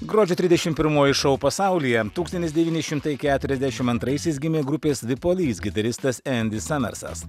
gruodžio trisdešim primoji šou pasaulyje tūkstantis devyni šimtai keturiasdešim antraisiais gimė grupės di polise gitaristas endi samersas